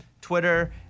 Twitter